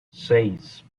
seis